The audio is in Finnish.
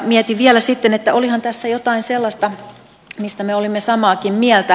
mietin vielä sitten että olihan tässä jotain sellaista mistä me olimme samaakin mieltä